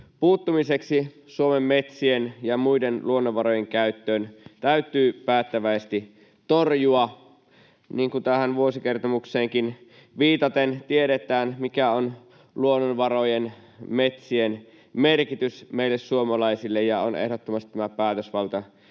puuttumiseksi Suomen metsien ja muiden luonnonvarojen käyttöön täytyy päättäväisesti torjua. Niin kuin tähän vuosikertomukseenkin viitaten tiedetään, mikä on luonnonvarojen, metsien, merkitys meille suomalaisille, niin on ehdottomasti tämä päätösvalta